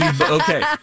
Okay